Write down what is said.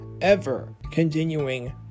ever-continuing